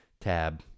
Tab